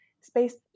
space